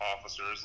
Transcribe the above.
officers